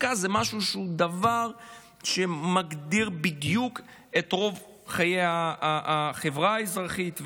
חוקה זה משהו שמגדיר בדיוק את רוב חיי החברה האזרחית,